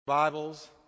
Bibles